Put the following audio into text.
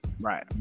Right